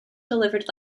delivered